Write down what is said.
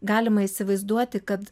galima įsivaizduoti kad